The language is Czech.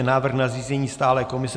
Návrh na zřízení stálé komise